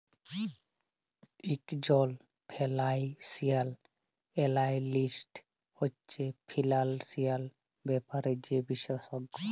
ইকজল financial analyst হছে financial ব্যাপারে যে বিশেষজ্ঞ